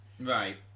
Right